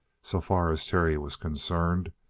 so far as terry was concerned.